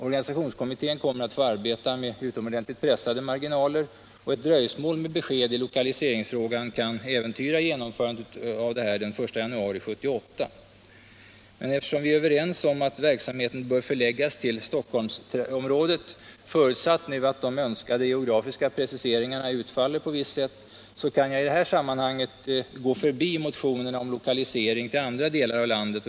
Organisationskommittén kommer att få arbeta med utom I ordentligt pressade marginaler, och ett dröjsmål med beskedet i loka — Radio och television liseringsfrågan kan äventyra genomförandet av beslutet den 1 januari i utbildningsväsen 1978. det Men eftersom vi är överens om att verksamheten bör förläggas till Stockholmsområdet kan jag — förutsatt att de önskade geografiska preciseringarna utfaller på visst sätt — i detta sammanhang gå förbi motionerna om lokalisering till andra delar av landet.